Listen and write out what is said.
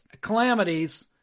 calamities